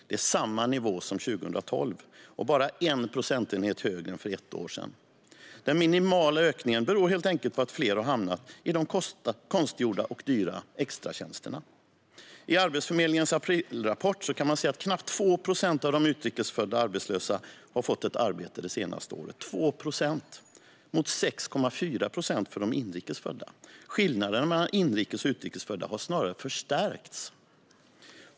Det är samma nivå som 2012 och bara en procentenhet högre än för ett år sedan. Den minimala ökningen beror helt enkelt på att fler har hamnat i de konstgjorda och dyra extratjänsterna. I Arbetsförmedlingens aprilrapport kan man se att knappt 2 procent av de utrikes födda arbetslösa har fått ett arbete det senaste året mot 6,4 procent av de inrikes födda. Skillnaderna mellan inrikes och utrikes födda har snarare förstärkts.